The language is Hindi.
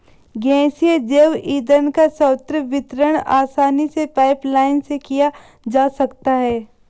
गैसीय जैव ईंधन का सर्वत्र वितरण आसानी से पाइपलाईन से किया जा सकता है